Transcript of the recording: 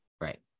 Right